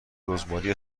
رزماری